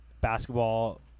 basketball